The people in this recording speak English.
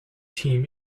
team